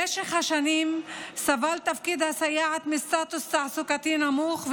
במשך השנים סבל תפקיד הסייעת מסטטוס תעסוקתי נמוך,